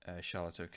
Charlotte